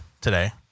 today